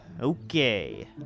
Okay